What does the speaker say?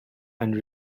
and